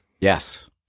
Yes